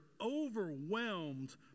overwhelmed